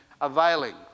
availing